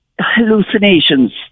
hallucinations